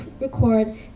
record